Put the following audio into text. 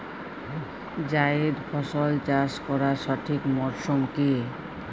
জায়েদ ফসল চাষ করার সঠিক মরশুম কি?